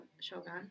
shogun